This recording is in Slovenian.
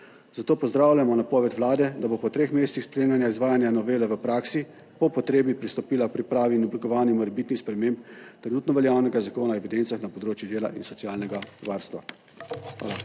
Zato pozdravljamo napoved Vlade, da bo po treh mesecih spremljanja izvajanja novele v praksi, po potrebi pristopila k pripravi in oblikovanju morebitnih sprememb trenutno veljavnega Zakona o evidencah na področju dela in socialnega varstva. Hvala.